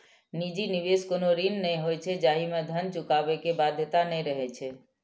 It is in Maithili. निजी निवेश कोनो ऋण नहि होइ छै, जाहि मे धन चुकाबै के बाध्यता नै रहै छै